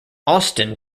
austin